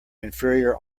inferior